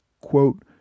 quote